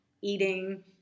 eating